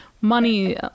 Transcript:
money